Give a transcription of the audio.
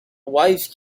wise